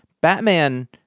Batman